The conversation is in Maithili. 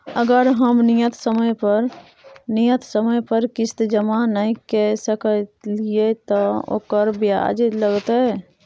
अगर हम नियत समय पर किस्त जमा नय के सकलिए त ओकर ब्याजो लगतै?